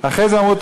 אחרי זה אמרו: